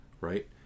right